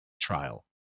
trial